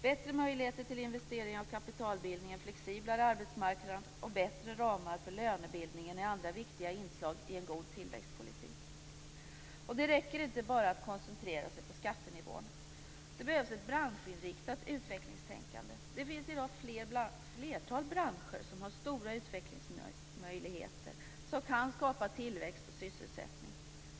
Bättre möjligheter till investeringar av kapitalbildning, en flexiblare arbetsmarknad och bättre ramar för lönebildningen är andra viktiga inslag i en god tillväxtpolitik. Det räcker inte att bara koncentrera sig på skattenivån. Det behövs ett branschinriktat utvecklingstänkande. Det finns i dag ett flertal branscher som har stora utvecklingsmöjligheter och som kan skapa tillväxt och sysselsättning.